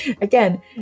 again